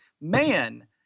man